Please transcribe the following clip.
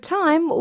time